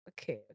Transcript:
okay